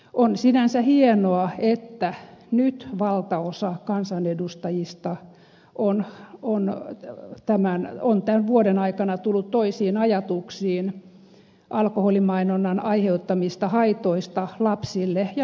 on sinänsä hienoa että valtaosa kansanedustajista on tämän vuoden aikana tullut toisiin ajatuksiin alkoholimainonnan aiheuttamista haitoista lapsille ja nuorille